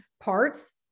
parts